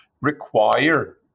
require